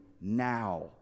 now